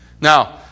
Now